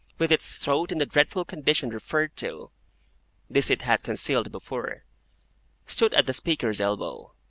with its throat in the dreadful condition referred to this it had concealed before, stood at the speaker's elbow,